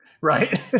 Right